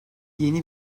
yeni